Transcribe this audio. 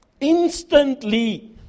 Instantly